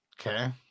okay